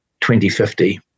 2050